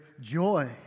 joy